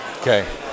Okay